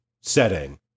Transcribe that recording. setting